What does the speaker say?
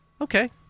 Okay